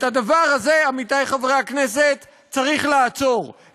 את הדבר הזה, עמיתי חברי הכנסת, צריך לעצור.